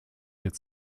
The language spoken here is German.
wird